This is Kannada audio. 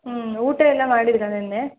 ಹ್ಞೂ ಊಟ ಎಲ್ಲ ಮಾಡಿದ್ರಾ ನಿನ್ನೆ